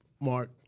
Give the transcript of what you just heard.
Mark